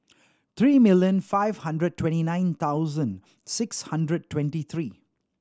three million five hundred twenty nine thousand six hundred twenty three